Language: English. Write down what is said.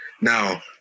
Now